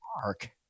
Mark